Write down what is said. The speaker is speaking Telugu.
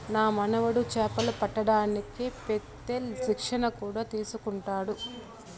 నా మనుమడు చేపలు పట్టడానికి పెత్తేల్ శిక్షణ కూడా తీసుకున్నాడు